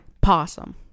Possum